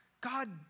God